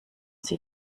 sie